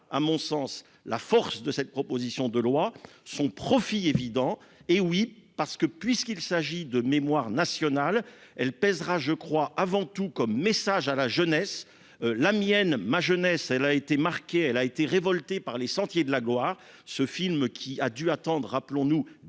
à mon sens, la force de cette proposition de loi son profit évident. Hé oui parce que, puisqu'il s'agit de mémoire nationale elle pèsera je crois avant tout comme message à la jeunesse, la mienne ma jeunesse, elle a été marquée, elle a été révoltée par les sentiers de la gloire. Ce film qui a dû attendre, rappelons-nous